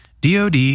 DoD